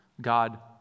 God